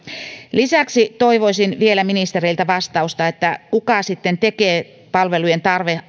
lisäksi toivoisin vielä ministeriltä vastausta siihen kuka sitten tekee palvelujen